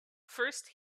first